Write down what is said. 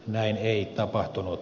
näin ei tapahtunut